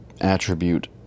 attribute